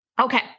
Okay